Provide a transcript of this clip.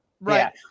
Right